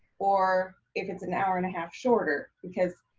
or if it's an hour and a half shorter, because